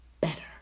better